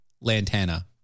Lantana